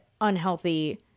Unhealthy